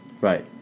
Right